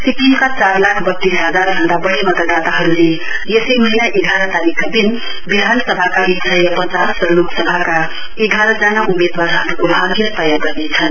सिक्किमका चार लाख वत्तीस हजार भन्दा वढी मतदाताहरुले यसै महीना एघार तारीकका दिन विधानसभाका एक सय पचास र लोकसभाका एघार जना उम्मेदवारहरुको भाग्य तय गर्नेछन्